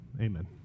amen